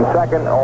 second